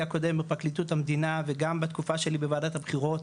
הקודם בפרקליטות המדינה וגם בתקופה שלי בוועדת הבחירות,